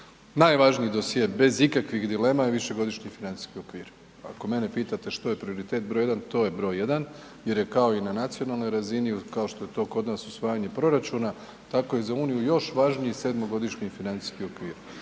Najvažniji dosje bez ikakvih dilema višegodišnji financijski okvir. Ako mene pitate što je prioritet broj jedan, to je broj jedan jer je kao i na nacionalnoj razini, kao što je to kod nas usvajanje proračuna, tako je za Uniju još važniji sedmogodišnji financijski okvir.